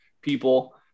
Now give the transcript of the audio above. people